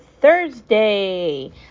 Thursday